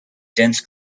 dense